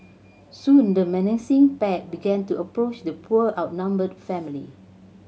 soon the menacing pack began to approach the poor outnumbered family